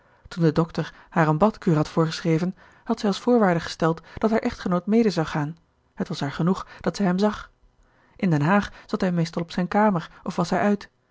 toen de dokter haar eene badkuur had voorgeschreven had zij als voorwaarde gesteld dat haar echtgenoot mede zou gaan het was haar genoeg dat zij hem zag in den haag zat hij meestal op zijne kamer of was hij uit